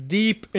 deep